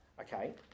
okay